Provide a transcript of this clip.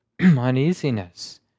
uneasiness